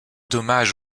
dommage